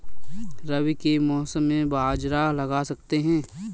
रवि के मौसम में बाजरा लगा सकते हैं?